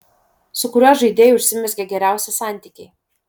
su kuriuo žaidėju užsimezgė geriausi santykiai